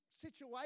situation